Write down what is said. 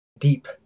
deep